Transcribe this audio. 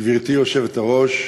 גברתי היושבת-ראש,